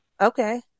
Okay